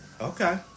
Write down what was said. okay